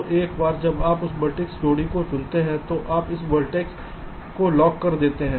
तो एक बार जब आप उस वेर्तिसेस जोड़ी को पाते है तो आप इस वर्टेक्स को लॉक कर देते हैं